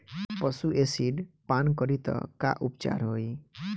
पशु एसिड पान करी त का उपचार होई?